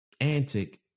Antic